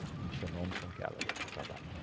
and shalom from galilee. bye bye.